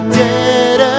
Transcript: dead